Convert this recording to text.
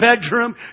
bedroom